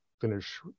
finish